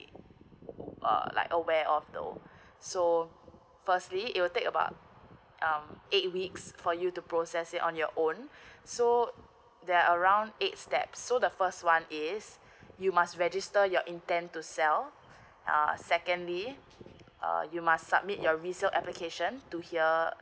uh like aware of so firstly it will take about um um eight weeks for you to process it on your own so there around eight step so the first one is you must register your intent to sell uh secondly uh you must submit your visa application to here uh